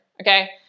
okay